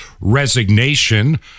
resignation